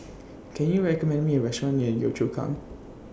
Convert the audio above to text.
Can YOU recommend Me A Restaurant near Yio Chu Kang